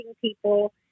people